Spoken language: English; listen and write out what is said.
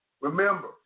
remember